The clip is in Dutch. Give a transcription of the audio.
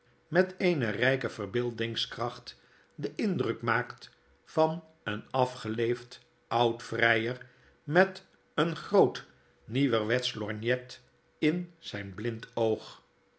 met eene rijke verbeeldingskracht den indrujc maaktvan een afgeleefd oud vrjjer met een groot nieuwerwetsch lorgnet in zyn blind oog